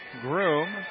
Groom